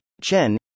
Chen